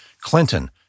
Clinton